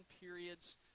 periods